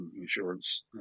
insurance